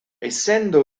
essendo